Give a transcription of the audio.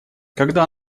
когда